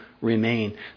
remain